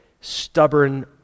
stubborn